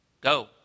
go